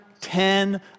ten